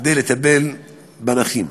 כדי לטפל בנכים,